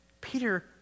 Peter